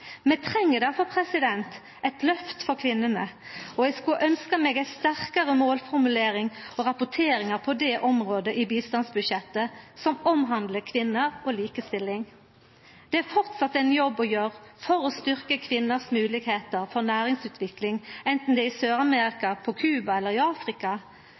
treng difor eit løft for kvinnene, og eg kunne ønskje meg ei sterkare målformulering og rapporteringar på det området i bistandsbudsjettet som handlar om kvinner og likestilling. Det er framleis ein jobb å gjera for å styrkja kvinners moglegheiter for næringsutvikling, enten det er i Sør-Amerika, på Cuba eller i Afrika.